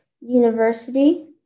University